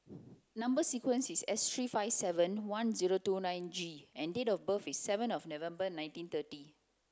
number sequence is S three five seven one zero two nine G and date of birth is seven of November nineteen thirty